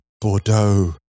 Bordeaux